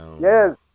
Yes